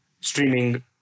streaming